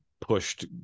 pushed